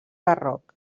barroc